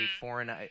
foreign